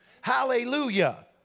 Hallelujah